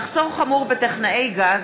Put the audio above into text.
מחסור חמור בטכנאי גז,